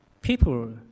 People